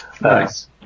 Nice